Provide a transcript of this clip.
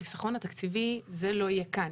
החיסכון התקציבי זה לא יהיה כאן.